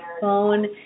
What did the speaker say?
phone